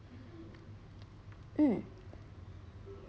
mm